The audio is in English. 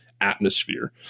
atmosphere